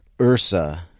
Ursa